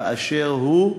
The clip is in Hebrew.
באשר הוא,